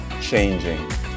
changing